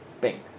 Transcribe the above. pink